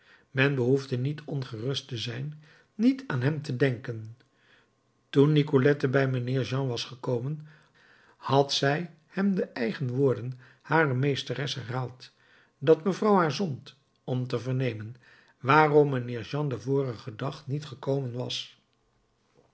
men behoefde niet ongerust te zijn niet aan hem te denken toen nicolette bij mijnheer jean was gekomen had zij hem de eigen woorden harer meesteres herhaald dat mevrouw haar zond om te vernemen waarom mijnheer jean den vorigen dag niet gekomen was